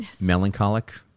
melancholic